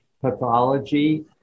pathology